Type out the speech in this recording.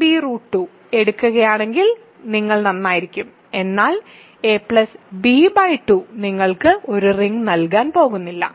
b√2 എടുക്കുകയാണെങ്കിൽ നിങ്ങൾ നന്നായിരിക്കും എന്നാൽ a b2 നിങ്ങൾക്ക് ഒരു റിങ് നൽകാൻ പോകുന്നില്ല